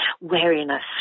wariness